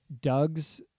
Doug's